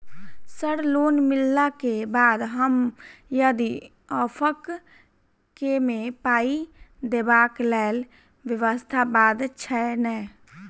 Sir loan मिलला केँ बाद हम यदि ऑफक केँ मे पाई देबाक लैल व्यवस्था बात छैय नै?